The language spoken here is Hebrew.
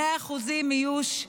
100% איוש,